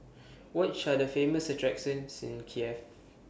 Which Are The Famous attractions in Kiev